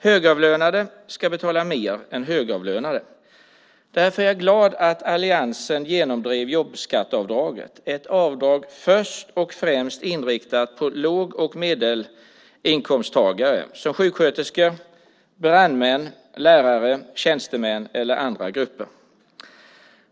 Högavlönade ska betala mer än lågavlönade. Därför är jag glad att alliansen genomdrev jobbskatteavdraget - ett avdrag först och främst inriktat på låg och medelinkomsttagare som sjuksköterskor, brandmän, lärare, tjänstemän och andra grupper.